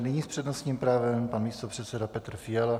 Nyní s přednostním právem pan místopředseda Petr Fiala.